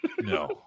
no